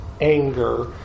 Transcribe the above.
anger